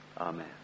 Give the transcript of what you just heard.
Amen